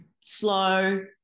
slow